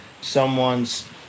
someone's